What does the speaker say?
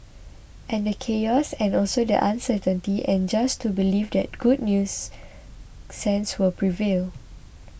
and the chaos and also the uncertainty and just to believe that good news sense will prevail